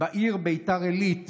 הוא בעיר ביתר עילית.